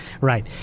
right